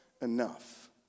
enough